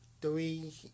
three